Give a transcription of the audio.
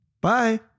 bye